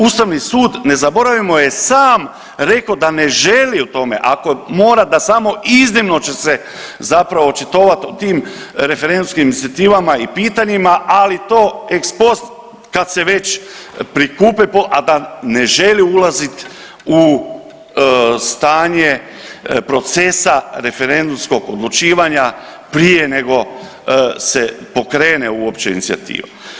Ustavni sud, ne zaboravimo je sam rekao da ne želi o tome, ako mora da samo iznimno će se zapravo očitovat o tim referendumskim inicijativama i pitanjima, ali to ex post kad se već prikupe, a da ne želi ulaziti u stanje procesa referendumskog odlučivanja prije nego se pokrene uopće inicijativa.